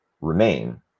remain